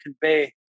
convey